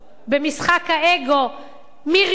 במשחק האגו "מי ראשון",